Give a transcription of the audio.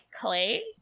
clay